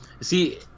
See